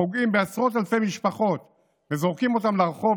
פשוט פוגעים בעשרות אלפי משפחות וזורקים אותן לרחוב,